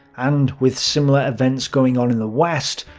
and with similar events going on in the west,